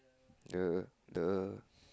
the the